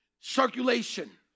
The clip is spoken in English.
Circulation